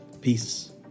Peace